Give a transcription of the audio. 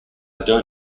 don’t